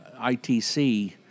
ITC